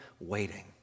waiting